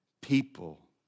people